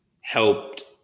helped